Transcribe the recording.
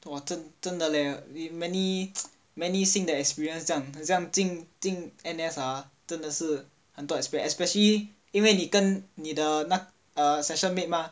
!wah! 真真的 leh 你 many many 新的 experience 这样很像进进 N_S ah 真的是很多 experience especially 因为你跟你的那 section mate mah